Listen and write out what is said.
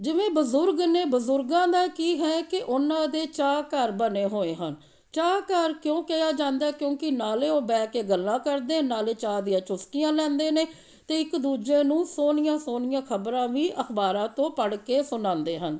ਜਿਵੇਂ ਬਜ਼ੁਰਗ ਨੇ ਬਜ਼ੁਰਗਾਂ ਦਾ ਕੀ ਹੈ ਕਿ ਉਹਨਾਂ ਦੇ ਚਾਹ ਘਰ ਬਣੇ ਹੋਏ ਹਨ ਚਾਹ ਘਰ ਕਿਉਂ ਕਿਹਾ ਜਾਂਦਾ ਕਿਉਂਕਿ ਨਾਲੇ ਉਹ ਬਹਿ ਕੇ ਗੱਲਾਂ ਕਰਦੇ ਨਾਲੇ ਚਾਹ ਦੀਆਂ ਚੁਸਕੀਆਂ ਲੈਂਦੇ ਨੇ ਅਤੇ ਇੱਕ ਦੂਜੇ ਨੂੰ ਸੋਹਣੀਆਂ ਸੋਹਣੀਆਂ ਖਬਰਾਂ ਵੀ ਅਖਬਾਰਾਂ ਤੋਂ ਪੜ੍ਹ ਕੇ ਸੁਣਾਉਂਦੇ ਹਨ